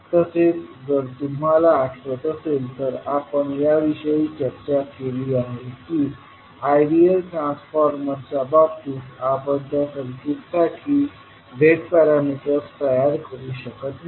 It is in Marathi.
तसेच जर तुम्हाला आठवत असेल तर आपण या विषयी चर्चा केली आहे की आयडियल ट्रान्सफॉर्मर्सच्या बाबतीत आपण त्या सर्किटसाठी z पॅरामीटर्स तयार करू शकत नाही